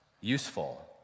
useful